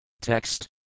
Text